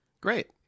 Great